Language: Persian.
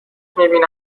میبینم